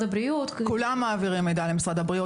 הבריאות --- כולם מעבירים מידע למשרד הבריאות.